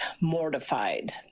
mortified